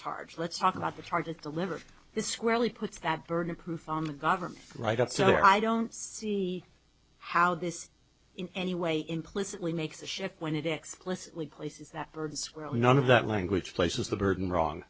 charge let's talk about the target deliver the squarely puts that burden of proof on the government right etc i don't see how this in any way implicitly makes a shift when it explicitly places that burden squarely none of that language places the burden wrong